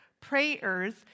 prayers